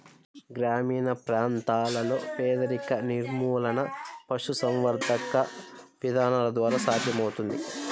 గ్రామీణ ప్రాంతాలలో పేదరిక నిర్మూలన పశుసంవర్ధక విధానాల ద్వారా సాధ్యమవుతుంది